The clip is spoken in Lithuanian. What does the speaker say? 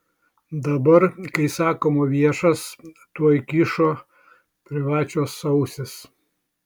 dabar kai sakoma viešas tuoj kyšo privačios ausys